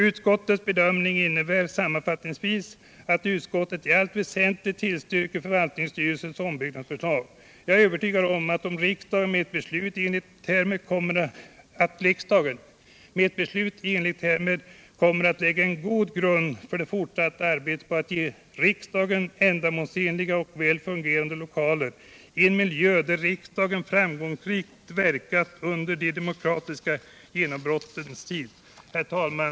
Utskottets bedömning innebär sammanfattningsvis att utskottet i allt väsentligt tillstyrker förvaltningsstyrelsens ombyggnadsförslag. Jag är övertygad om att riksdagen med ett beslut i enlighet därmed kommer att lägga en god grund för det fortsatta arbetet på att ge riksdagen ändamålsenliga och väl fungerande lokaler i en miljö där riksdagen framgångsrikt verkat under det demokratiska genombrottets tid. Herr talman!